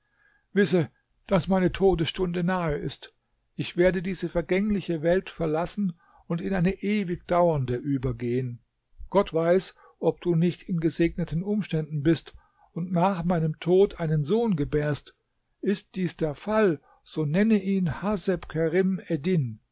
wisse daß meine todesstunde nahe ist ich werde diese vergängliche welt verlassen und in eine ewigdauernde übergehen gott weiß ob du nicht in gesegneten umständen bist und nach meinem tod einen sohn gebärst ist dies der fall so nenne ihn haseb kerim eddin